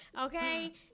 Okay